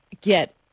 get